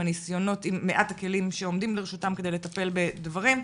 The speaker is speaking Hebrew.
עם הניסיונות ועם מעט הכלים שעומדים לרשותם כדי לטפל בדברים,